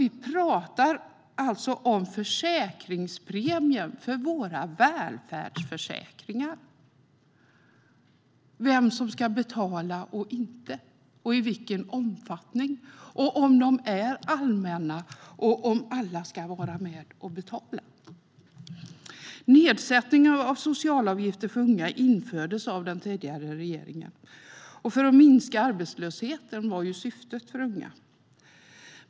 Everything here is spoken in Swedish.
Vi pratar alltså om försäkringspremier för våra välfärdsförsäkringar, vem som ska betala och inte och i vilken omfattning. Är dessa försäkringar allmänna? Ska alla vara med och betala? Nedsättning av socialavgifter för unga infördes av den tidigare regeringen. Syftet var att minska arbetslösheten för unga.